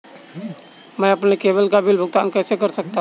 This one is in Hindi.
मैं अपने केवल बिल का भुगतान कैसे कर सकता हूँ?